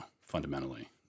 fundamentally